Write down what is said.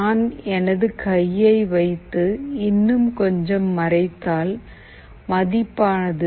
நான் எனது கையை வைத்து இன்னும் கொஞ்சம் மறைத்தால் மதிப்பானது 0